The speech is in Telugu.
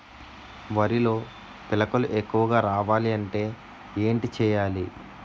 వరిలో పిలకలు ఎక్కువుగా రావాలి అంటే ఏంటి చేయాలి?